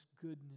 goodness